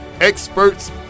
experts